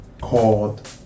called